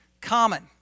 common